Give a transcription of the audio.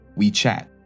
WeChat